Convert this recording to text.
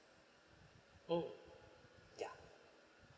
mm yeah